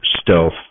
stealth